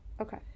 Okay